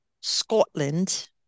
Scotland